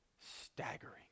staggering